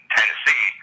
Tennessee